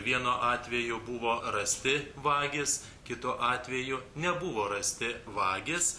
vienu atveju buvo rasti vagys kitu atveju nebuvo rasti vagys